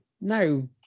No